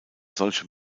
solche